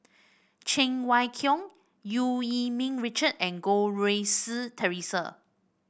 Cheng Wai Keung Eu Yee Ming Richard and Goh Rui Si Theresa